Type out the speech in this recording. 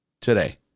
today